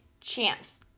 chance